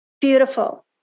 Beautiful